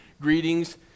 greetings